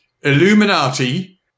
Illuminati